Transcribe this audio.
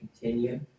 continue